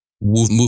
move